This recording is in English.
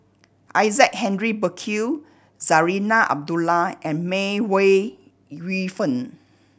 Isaac Henry Burkill Zarinah Abdullah and May Ooi Yu Fen